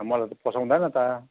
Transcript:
मलाई त पोसाउँदैन त